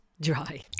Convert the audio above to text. dry